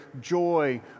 joy